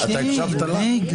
הקשבת לה?